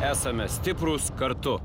esame stiprūs kartu